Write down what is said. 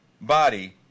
body